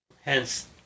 hence